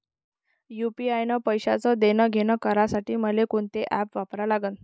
UPI न पैशाचं देणंघेणं करासाठी मले कोनते ॲप वापरा लागन?